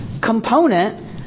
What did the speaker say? component